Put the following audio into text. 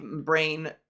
brain